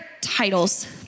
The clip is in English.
titles